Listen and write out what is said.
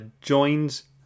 joins